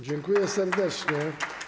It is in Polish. Dziękuję serdecznie.